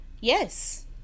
Yes